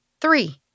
Three